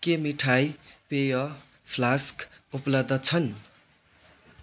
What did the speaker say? के मिठाई पेय फ्लास्क उपलब्ध छन्